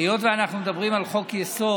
היות שאנחנו מדברים על חוק-יסוד,